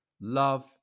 love